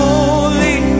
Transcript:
Holy